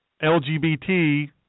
LGBT